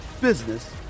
business